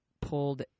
pulled